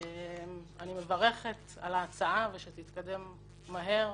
אני מברכת על ההצעה שתתקדם מהר,